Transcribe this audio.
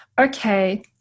okay